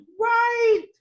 right